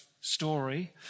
story